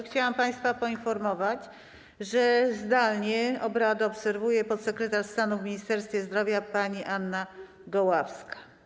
Chciałam państwa poinformować, że zdalnie obrady obserwuje podsekretarz stanu w Ministerstwie Zdrowia pani Anna Goławska.